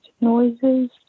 noises